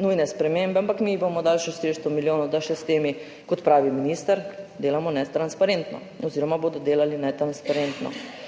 nujne spremembe, ampak mi jim bomo dali še 400 milijonov, da še s temi, kot pravi minister, delamo netransparentno oziroma bodo delali netransparentno.